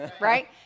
right